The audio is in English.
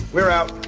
we're out.